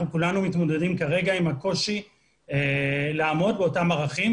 כולנו מתמודדים כרגע עם הקושי לעמוד באותם ערכים.